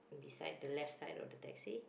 beside the left side of the taxi